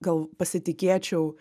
gal pasitikėčiau